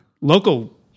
local